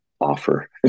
offer